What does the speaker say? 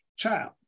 child